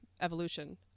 evolution